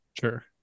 Sure